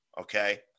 okay